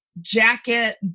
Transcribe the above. jacket